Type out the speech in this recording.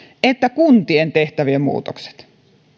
että kuntien tehtävien muutokset